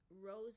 rose